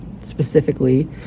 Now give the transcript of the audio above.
Specifically